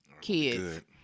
kids